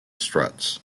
struts